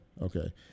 okay